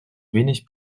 wenig